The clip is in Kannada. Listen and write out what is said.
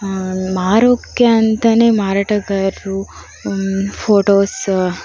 ಮಾರೋಕ್ಕೆ ಅಂತಲೇ ಮಾರಾಟಗಾರರು ಫೋಟೋಸ್